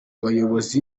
bayobozi